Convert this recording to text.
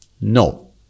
No